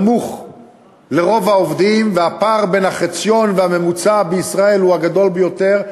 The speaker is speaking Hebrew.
רוב העובדים נמוך והפער בין החציון והממוצע בישראל הוא הגדול ביותר.